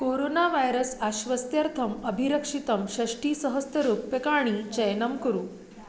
corona virus आश्वस्त्यर्थम् अभिरक्षितं षष्ठिसहस्ररूप्यकाणि चयनं कुरु